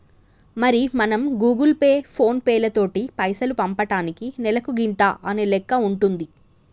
మరి మనం Google Pay ఫోన్ పేలతోటి పైసలు పంపటానికి నెలకు గింత అనే లెక్క ఉంటుంది